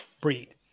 breed